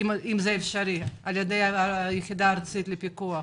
על ידי היחידה הארצית לפיקוח?